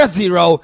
zero